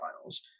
Finals